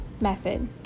method